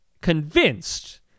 convinced